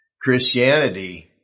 Christianity